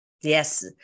Yes